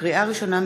לקריאה ראשונה,